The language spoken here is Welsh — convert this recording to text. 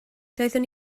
doeddwn